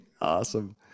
Awesome